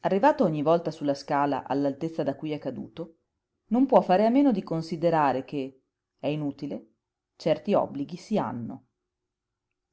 arrivato ogni volta su la scala all'altezza da cui è caduto non può fare a meno di considerare che è inutile certi obblighi si hanno